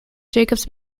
jacobs